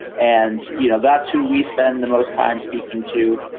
and you know, that's who we spend the most time speaking to.